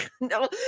no